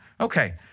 Okay